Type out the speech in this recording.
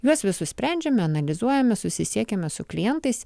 juos visus sprendžiame analizuojame susisiekiame su klientais